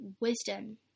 wisdom